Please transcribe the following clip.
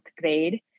grade